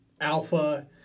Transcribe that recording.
alpha